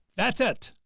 that's it.